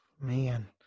Man